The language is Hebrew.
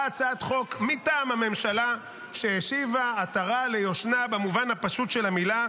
באה הצעת חוק מטעם הממשלה שהשיבה עטרה ליושנה במובן הפשוט של המילה,